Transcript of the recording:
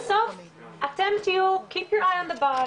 בסוף אתם תהיו KEEP YOUR EYES ON THE PATH